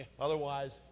Otherwise